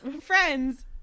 Friends